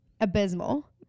abysmal